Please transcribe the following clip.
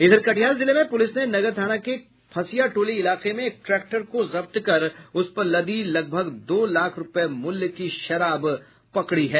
इधर कटिहार जिले में प्रलिस ने नगर थाना के फसिया टोली इलाके में एक ट्रैक्टर को जब्त कर उस पर लदी लगभग दो लाख रूपये मूल्य की शराब जब्त की है